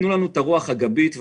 את הרוח הגבית,